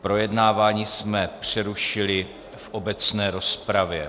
Projednávání jsme přerušili v obecné rozpravě.